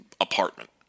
apartment